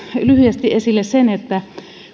lyhyesti esille sen että